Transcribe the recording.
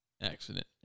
accident